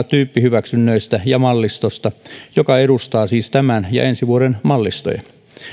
tyyppihyväksynnöistä ja mallistosta joka edustaa siis tämän ja ensi vuoden mallistoja